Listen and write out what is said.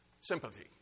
sympathy